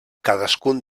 cadascun